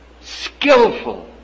skillful